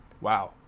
Wow